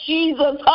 Jesus